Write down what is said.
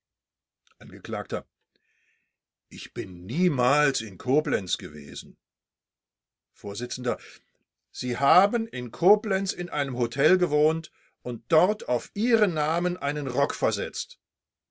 angekl ich bin niemals in koblenz gewesen vors sie haben in koblenz in einem hotel gewohnt und dort auf ihren namen einen rock versetzt